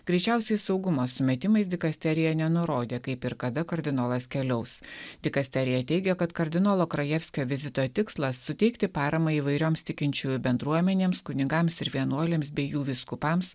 greičiausiai saugumo sumetimais dikasterija nenurodė kaip ir kada kardinolas keliaus dikasterija teigia kad kardinolo krajevskio vizito tikslas suteikti paramą įvairioms tikinčiųjų bendruomenėms kunigams vienuoliams bei jų vyskupams